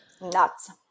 Nuts